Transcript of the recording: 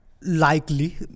likely